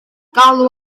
galw